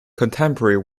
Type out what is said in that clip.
contemporary